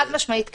חד-משמעית כן.